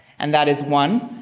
and that is one,